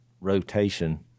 rotation